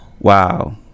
Wow